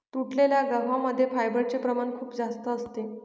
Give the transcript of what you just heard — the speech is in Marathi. तुटलेल्या गव्हा मध्ये फायबरचे प्रमाण खूप जास्त असते